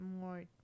more